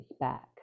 back